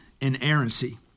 inerrancy